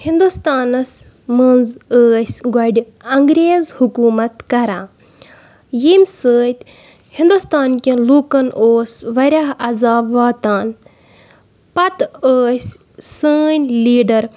ہِندوستانَس منٛز ٲسۍ گۄڈِ انگریز حکوٗمت کَران ییٚمہِ سۭتۍ ہِندوستان کٮ۪ن لُکَن اوس واریاہ عذاب واتان پَتہٕ ٲسۍ سٲنۍ لیٖڈَر